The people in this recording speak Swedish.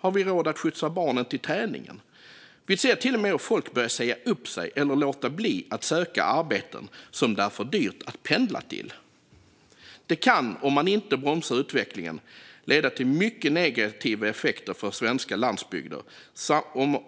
Har vi råd att skjutsa barnen till träningen? Vi ser till och med hur folk börjar säga upp sig eller låter bli att söka arbeten som det är för dyrt att pendla till. Det kan, om man inte bromsar utvecklingen, leda till mycket negativa effekter för svenska landsbygder.